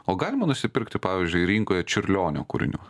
o galima nusipirkti pavyzdžiui rinkoj čiurlionio kūrinių